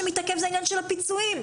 עניין הפיצויים,